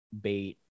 bait